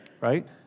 Right